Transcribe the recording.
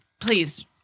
Please